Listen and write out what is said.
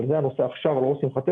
אבל זה הנושא עכשיו על ראש שמחתנו.